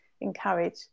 encourage